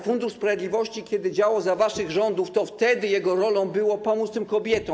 Fundusz Sprawiedliwości działał za waszych rządów i wtedy jego rolą było pomóc tym kobietom.